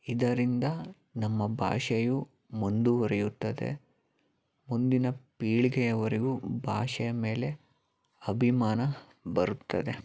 ಇದರಿಂದ ನಮ್ಮ ಭಾಷೆಯು ಮುಂದುವರೆಯುತ್ತದೆ ಮುಂದಿನ ಪೀಳಿಗೆಯವರೆಗೂ ಭಾಷೆಯ ಮೇಲೆ ಅಭಿಮಾನ ಬರುತ್ತದೆ